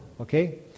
okay